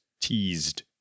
teased